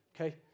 okay